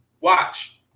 Watch